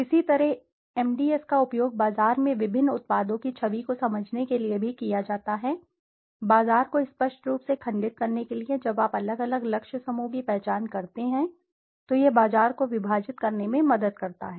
इसी तरह एमडीएस का उपयोग बाजार में विभिन्न उत्पादों की छवि को समझने के लिए भी किया जाता है बाजार को स्पष्ट रूप से खंडित करने के लिए जब आप अलग अलग लक्ष्य समूह की पहचान करते हैं तो यह बाजार को विभाजित करने में मदद करता है